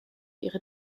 ihre